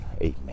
Amen